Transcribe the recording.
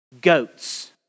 goats